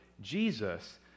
Jesus